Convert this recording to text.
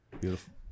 Beautiful